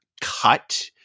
cut